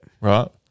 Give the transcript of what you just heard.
Right